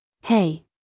Hey